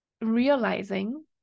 realizing